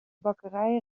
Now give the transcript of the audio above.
bakkerij